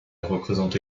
représenté